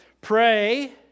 Pray